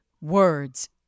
words